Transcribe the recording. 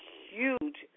huge